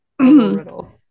riddle